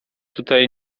tutaj